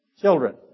children